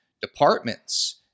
departments